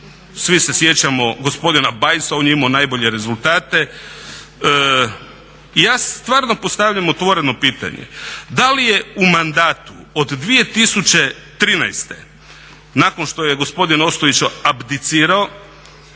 svi se sjećamo gospodina Bajsa, on je imao najbolje rezultate. I ja stvarno postavljam otvoreno pitanje da li je u mandatu od 2013. nakon što je gospodin Ostojić abdicirao,